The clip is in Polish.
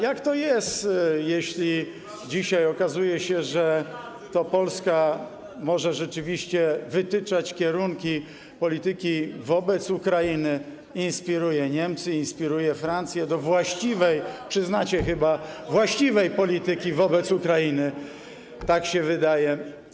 Jak to jest, że dzisiaj okazuje się, że to Polska może rzeczywiście wytyczać kierunki polityki wobec Ukrainy, inspiruje Niemcy, inspiruje Francję do właściwej, przyznacie chyba, właściwej polityki wobec Ukrainy, tak się wydaje.